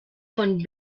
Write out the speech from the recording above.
von